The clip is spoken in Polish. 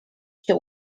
się